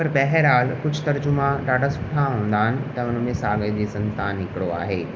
पर बहिराल कुझु तर्जुमा ॾाढा सुठा हूंदा आहिनि त हुन में सागरनि जी संतान हिकिड़ो आहे